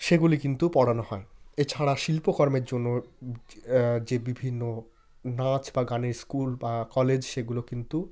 সেগুলি কিন্তু পড়ানো হয় এছাড়া শিল্প কর্মের জন্য যে যে বিভিন্ন নাচ বা গানের স্কুল বা কলেজ সেগুলো কিন্তু